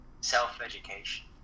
self-education